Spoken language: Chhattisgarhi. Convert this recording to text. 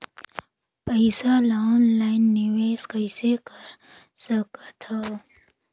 पईसा ल ऑनलाइन निवेश कइसे कर सकथव?